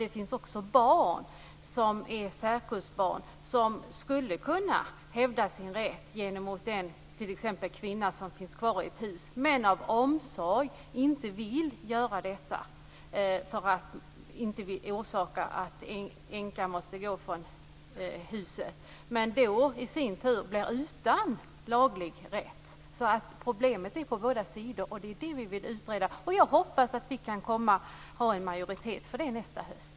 Det händer också att särkullbarn som skulle kunna hävda sin rätt t.ex. mot en änka inte gör detta för att inte orsaka att hon måste gå från huset, men då i sin tur blir utan laglig rätt. Problem finns alltså på båda sidor, och det är dem som vi vill utreda. Jag hoppas att vi kan få en majoritet för detta nästa höst.